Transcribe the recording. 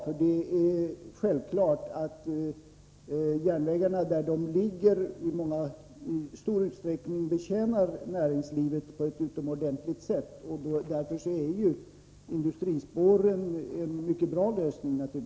Många järnvägslinjer används självfallet i stor utsträckning av näringslivet och är därför utomordentligt värdefulla. Industrispåren är således en mycket bra lösning.